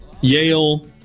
Yale